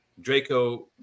Draco